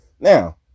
now